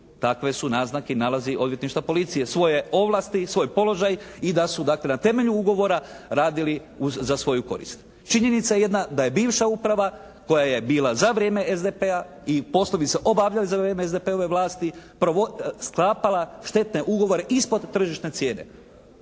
takve su naznake i nalazi odvjetništva, policije svoje ovlasti i svoj položaj i da su dakle na temelju ugovora radili za svoju korist. Činjenica je jedna, da je bivša uprava koja je bila za vrijeme SDP-a i poslovi se obavljaju za vrijeme SDP-ove vlasti sklapala štetne ugovore ispod tržišne cijene